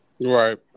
Right